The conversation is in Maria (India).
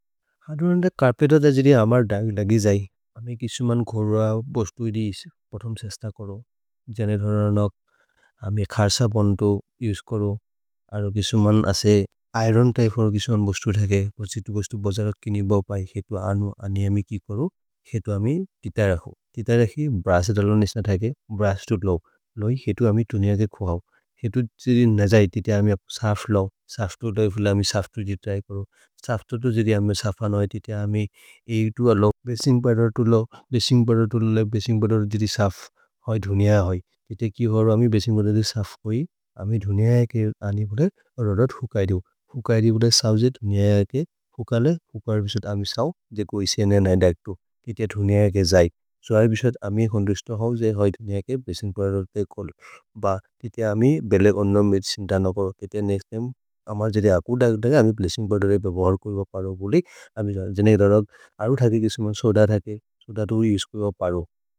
हद्रोनन् द कर्पेतो द जिरि अमर् दगि लगि जै। अमि किसुमन् कोरो, बोस्तुइदि इशे, पथम्स् अस्तकोरो। जनेत्रोननक्, अमे खर्सपन्तो, उस्कोरो। अर् गिसुमन् असे इरोन् त्य्पे ओर् गिसुमन् बोस्तु धके। पछितु बोस्तु बोजल किनि बोपै। हेतु अनु अनि अमिकि कोरो। हेतु अमि तित रहो। तित रहि ब्रस्सेत् अलो नेस्न धके, ब्रस्सेत् लो। लो हि, हेतु अमि तुनिअ के कोहौ। हेतु जिरि नजै तितिअ अमे साफ् लो। साफ् तुत इफुल अमे साफ् तुति धिक्तै कोरो। साफ् तुतु जिरि अमे साफ् अनु। तितिअ अमे एक् तो अलो। भसिन्ग् परोतुल् लो। भसिन्ग् परोतुल् लो। भसिन्ग् परोतुल् लो तिति साफ्। होइधुन्य है। तितिअ किहोरो अमि भसिन्ग् परोतुल् लो। अमि दुनिअ के अनि बोदे ओरोत् हुकैरि। हुकैरि बोदे सफ् जिते दुनिअ के हुकले, हुकैरि बिस्तुत् अमिस् हव्। धे कोह् इसेने नै धके तो। तितिअ दुनिअ के जै। सो ऐबिस्तुत् अमी कोन्द्रिस्तो हव् जे होइधुन्य के भसिन्ग् परोतुले कोलो। भ तितिअ अमे बेले कोन् नोम् इति सिन् ध नक। तितिअ नेक्स्तेम्।